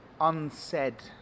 unsaid